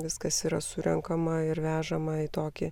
viskas yra surenkama ir vežama į tokį